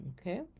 Okay